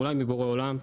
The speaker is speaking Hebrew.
אולי מבורא עולם,